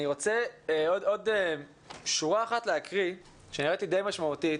אני רוצה עוד שורה אחת להקריא שנראית לי משמעותית